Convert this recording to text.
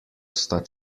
sta